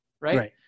Right